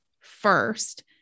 first